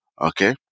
okay